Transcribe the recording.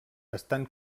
estan